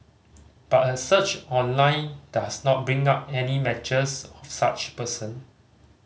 but a search online does not bring up any matches of such person